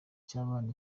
icy’abana